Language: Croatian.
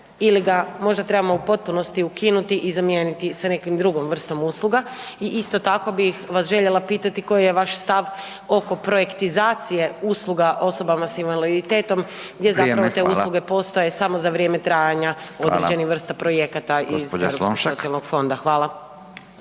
ili ga možda trebamo u potpunosti ukinuti i zamijeniti sa nekom drugom vrstom usluga i isto tako bih vas željela pitati koji je vaš stav oko projektizacije usluga osobama sa invaliditetom gdje zapravo te usluge… …/Upadica Radin: Vrijeme, hvala./… … postoje samo za vrijeme trajanja određenih vrsta projekata iz Europskog socijalnog fonda. Hvala.